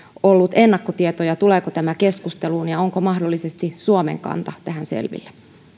ollut ennakkotietoja tuleeko tämä keskusteluun ja onko mahdollisesti suomen kanta tähän selvillä